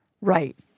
Right